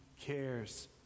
cares